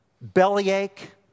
bellyache